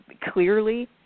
clearly